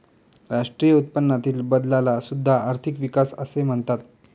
राष्ट्रीय उत्पन्नातील बदलाला सुद्धा आर्थिक विकास असे म्हणतात